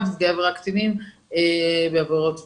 נפגעי עבירה קטינים בעבירות מין.